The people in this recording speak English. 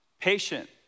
Patient